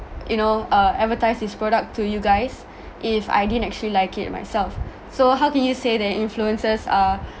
you know uh advertise this product to you guys if I didn't actually like it myself so how can you say that influencers are